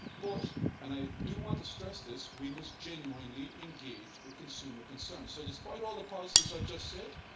but and i do want to stress this we must genuinely engage with consumer concerns. so despite all the positives i've just said,